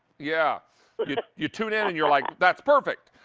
yeah so you know you tune in and you're like that's perfect.